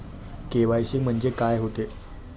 KYC म्हंनजे का होते?